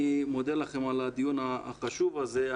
אני מודה לכם על הדיון החשוב הזה.